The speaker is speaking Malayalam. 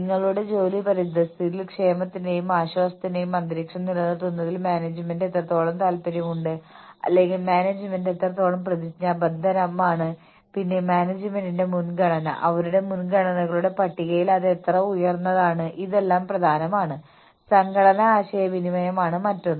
ഓർഗനൈസേഷൻ നിർമ്മിക്കുന്ന ഉൽപ്പന്നത്തിന്റെയോ സേവനത്തിന്റെയോ തരം സേവന വിതരണ രീതി സേവനത്തിന്റെ അളവ് കൂടാതെഅല്ലെങ്കിൽ ഉൽപ്പന്നത്തിന്റെ അളവ് നിയമപരവും സാമൂഹികവുമായ സമ്മർദ്ദങ്ങൾ ഉൾപ്പെടെയുള്ള സംഘടനാ ആവശ്യങ്ങൾ എന്നിവ അവരെ ബാധിക്കുന്നു